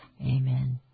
Amen